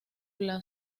que